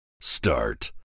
start